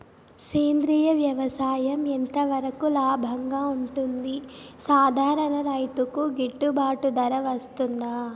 సేంద్రియ వ్యవసాయం ఎంత వరకు లాభంగా ఉంటుంది, సాధారణ రైతుకు గిట్టుబాటు ధర వస్తుందా?